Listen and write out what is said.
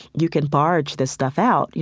you can barge this stuff out, you